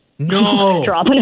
No